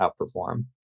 outperform